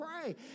pray